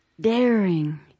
Daring